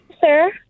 sir